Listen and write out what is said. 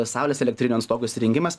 saulės elektrinių ant stogo įrengimas